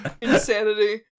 insanity